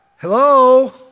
Hello